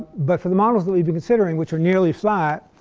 but for the models that we've been considering which are nearly flat,